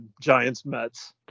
Giants-Mets